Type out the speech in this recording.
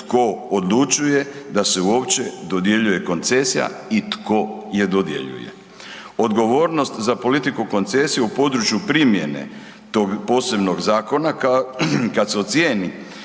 tko odlučuje da se uopće dodjeljuje koncesija i tko je dodjeljuje? Odgovornost za politiku koncesije u području primjene tog posebnog zakona, kad se ocijeni